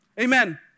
Amen